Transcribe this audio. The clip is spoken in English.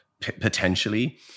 potentially